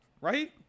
right